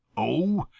oh,